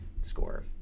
score